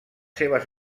seves